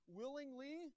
willingly